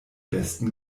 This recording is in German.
besten